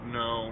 no